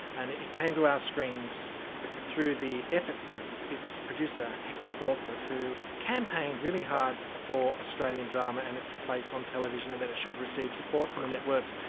and it came to our screens through the efforts of its producer hector crawford who campaigned really hard for australian drama and its place on television and that it should receive support from the networks,